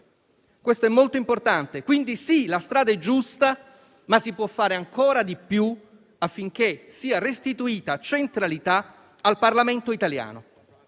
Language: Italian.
questo è molto importante. Quindi, sì, la strada è giusta, ma si può fare ancora di più affinché sia restituita centralità al Parlamento italiano.